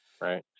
right